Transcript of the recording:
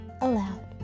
aloud